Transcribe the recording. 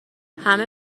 همه